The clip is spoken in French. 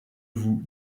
vous